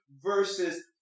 versus